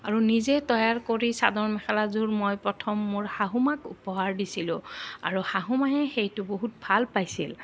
আৰু নিজে তৈয়াৰ কৰি চাদৰ মেখেলাযোৰ মই প্ৰথম মোৰ শাহুমাক উপহাৰ দিছিলোঁ আৰু শাহুমাই সেইটো বহুত ভাল পাইছিল